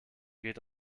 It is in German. geht